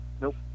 Nope